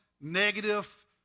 negative